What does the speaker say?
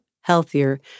healthier